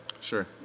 sure